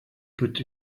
put